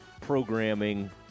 programming